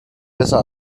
besser